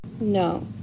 No